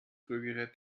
rührgerät